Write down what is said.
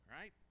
right